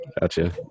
Gotcha